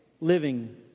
living